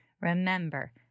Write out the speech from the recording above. remember